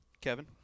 kevin